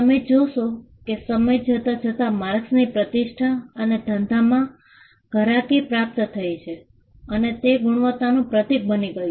તમે જોશો કે સમય જતાં જતાં માર્કસથી પ્રતિષ્ઠા અને ધંધામાં ઘરાકી પ્રાપ્ત થઈ છે અને તે ગુણવત્તાનું પ્રતીક બની ગયું